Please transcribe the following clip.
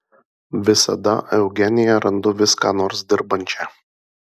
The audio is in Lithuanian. visada eugeniją randu vis ką nors dirbančią